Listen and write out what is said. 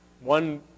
one